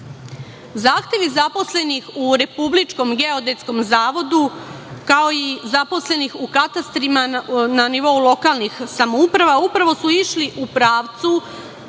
rešenje. Zahtevi zaposlenih u Republičkom geodetskom zavodu, kao i zaposlenih u katastrima na nivou lokalnih samouprava, upravo su išli u pravcu